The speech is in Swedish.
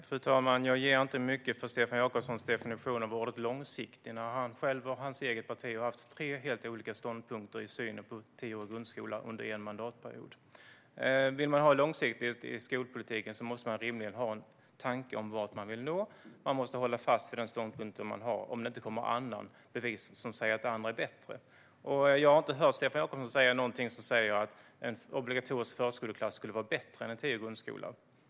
Fru talman! Jag ger inte mycket för Stefan Jakobssons definition av ordet långsiktig. Under en enda mandatperiod har han själv och hans parti haft tre helt olika ståndpunkter i synen på tioårig grundskola. Vill man ha en långsiktig skolpolitik måste man rimligen ha en tanke om vart man vill nå. Man måste hålla fast vid den ståndpunkt man har, om det inte kommer bevis på att något annat är bättre. Jag har inte hört Stefan Jakobsson säga att en obligatorisk förskoleklass skulle vara bättre än en tioårig grundskola.